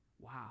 Wow